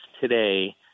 today